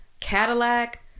Cadillac